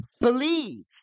believe